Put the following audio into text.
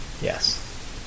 Yes